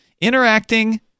interacting